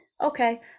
Okay